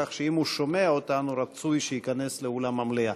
כך שאם הוא שומע אותנו, רצוי שייכנס לאולם המליאה.